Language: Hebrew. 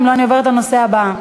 אם לא, אני עוברת לנושא הבא.